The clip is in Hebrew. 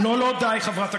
די.